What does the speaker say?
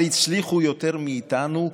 ההסתייגות לא התקבלה.